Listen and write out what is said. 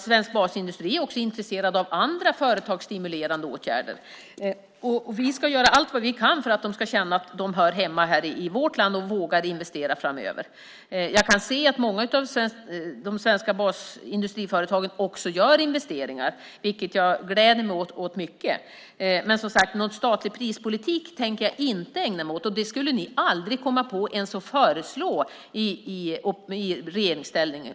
Svensk basindustri är också intresserad av andra företagsstimulerande åtgärder. Vi ska göra allt vad vi kan för att de ska känna att de hör hemma här i vårt land och vågar investera framöver. Jag kan se att många av de svenska industriföretagen gör investeringar, vilket jag gläder mig mycket åt. Men någon statlig prispolitik tänker jag inte ägna mig åt. Det skulle ni aldrig komma på att föreslå i regeringsställning.